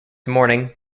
morning